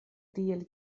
tiel